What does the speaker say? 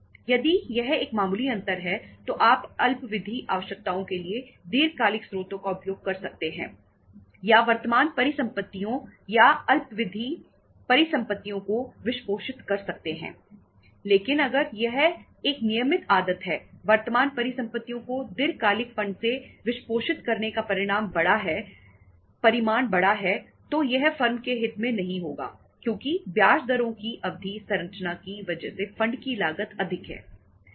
यदि यह एक मामूली अंतर है तो आप अल्पावधि आवश्यकताओं के लिए दीर्घकालिक स्रोतों का उपयोग कर सकते हैं या वर्तमान परिसंपत्तियों या अल्पावधि परिसंपत्तियों को वित्तपोषित कर सकते हैं लेकिन अगर यह एक नियमित आदत है वर्तमान परिसंपत्तियों को दीर्घकालिक फंड से वित्तपोषित करने का परिमाण बड़ा है तो यह फर्म के हित में नहीं होगा क्योंकि ब्याज दरों की अवधि संरचना की वजह से फंड की लागत अधिक है